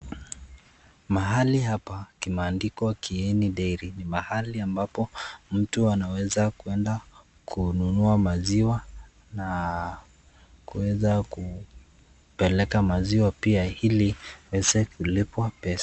Mahali hapa kimeandikwa KIENI DAIRY mahali ambapo mtu anaweza kwenda kununua maziwa na kuweza kupeleka maziwa pia ili aweze kulipwa pesa.